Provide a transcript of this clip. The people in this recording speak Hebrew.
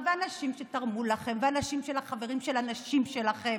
ואנשים שתרמו לכם והאנשים של החברים של הנשים שלכם,